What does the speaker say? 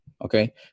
Okay